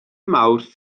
mawrth